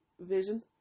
vision